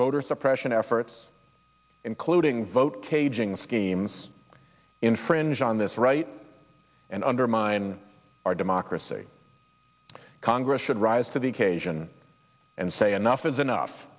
voter suppression efforts including vote caging schemes infringe on this right and undermine our democracy congress should rise to the occasion and say enough is enough